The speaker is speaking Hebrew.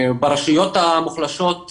ברשויות המוחלשות,